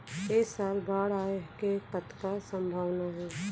ऐ साल बाढ़ आय के कतका संभावना हे?